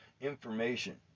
information